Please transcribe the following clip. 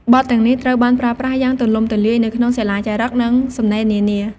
បទទាំងនេះត្រូវបានប្រើប្រាស់យ៉ាងទូលំទូលាយនៅក្នុងសិលាចារឹក និងសំណេរនានា។